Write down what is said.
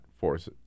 forces